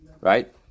right